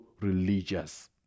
religious